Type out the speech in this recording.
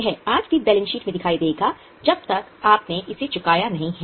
यह आज भी बैलेंस शीट में दिखाई देगा जब तक आपने इसे चुकाया नहीं है